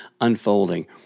unfolding